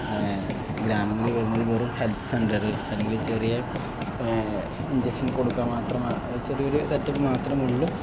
പിന്നെ ഗ്രാമങ്ങളിൽ വരുന്നത് വെറും ഹെൽത്ത് സെൻ്ററ് അല്ലെങ്കിൽ ചെറിയ ഇൻചക്ഷൻ കൊടുക്കാൻ മാത്രം ചെറിയൊരു സെറ്റപ്പ് മാത്രമുള്ളൂ